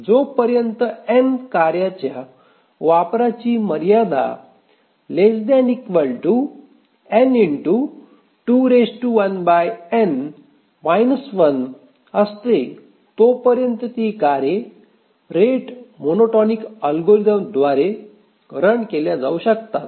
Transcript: जो पर्यंत n कार्याच्या वापराची मर्यादा असते तोपर्यंत ती कार्ये रेट मोनोटोनिक अल्गोरिथमद्वारे रन केल्या जाऊ शकतात